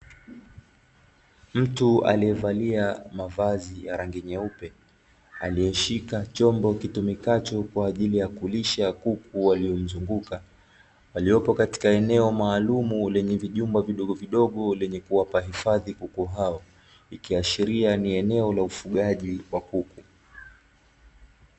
Mtu aliyevalia mavazi ya rangi nyeupe, aliyeshika chombo kitumikacho kwa ajili kulisha kuku waliomzunguka. Waliopo katika eneo maalumu lenye vijumba vidogovidogo lenye kuwapa hifadhi kuki hao, ikiashiria ni eneo la ufugaji wa kuku.